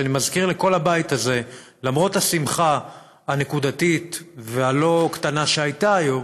אני מזכיר לכל הבית הזה: למרות השמחה הנקודתית והלא-קטנה שהייתה היום,